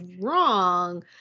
wrong